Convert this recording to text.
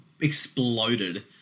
exploded